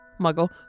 muggle